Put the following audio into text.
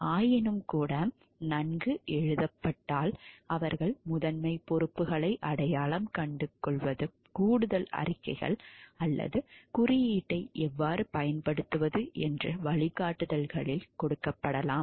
ஆயினும்கூட நன்கு எழுதப்பட்டால் அவர்கள் முதன்மைப் பொறுப்புகளை அடையாளம் கண்டுகொள்வது கூடுதல் அறிக்கைகள் அல்லது குறியீட்டை எவ்வாறு பயன்படுத்துவது என்று வழிகாட்டுதல்களில் கொடுக்கப்படலாம்